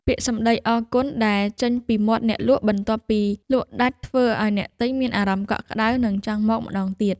ពាក្យសម្ដីអរគុណដែលចេញពីមាត់អ្នកលក់បន្ទាប់ពីលក់ដាច់ធ្វើឱ្យអ្នកទិញមានអារម្មណ៍កក់ក្ដៅ និងចង់មកម្ដងទៀត។